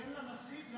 תן לנשיא להחליט.